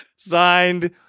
signed